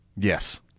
Yes